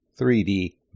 3D